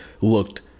looked